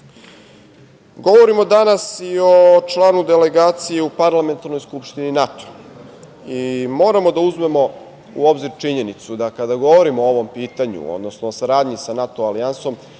bolje. Govorimo danas i o članu delegacije u parlamentarnoj skupštini NATO. Moramo da uzmemo u obzir činjenicu da kada govorimo o ovom pitanju, odnosno o saradnji sa NATO alijansom,